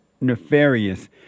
nefarious